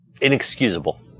inexcusable